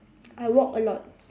I walk a lot